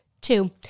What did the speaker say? two